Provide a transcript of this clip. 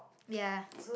ya